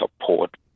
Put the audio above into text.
support